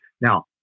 Now